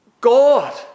God